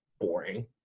boring